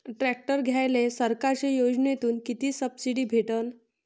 Tractor घ्यायले सरकारच्या योजनेतून किती सबसिडी भेटन?